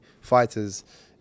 fighters